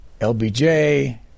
LBJ